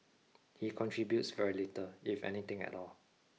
he contributes very little if anything at all